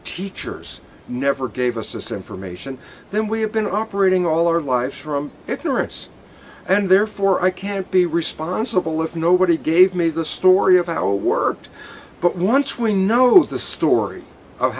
teachers never gave us this information then we have been operating all our life from ignorance and therefore i can't be responsible if nobody gave me the story of how it worked but once we know the story of